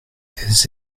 des